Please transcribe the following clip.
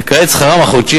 וכעת שכרם החודשי